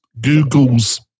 Google's